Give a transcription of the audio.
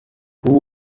who